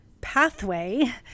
pathway